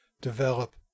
develop